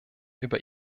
über